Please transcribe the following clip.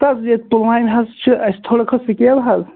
ہَتہٕ حظ یہِ پُلوامہِ حظ چھِ اَسہِ تھوڑا کھٔژ سِکیپ حظ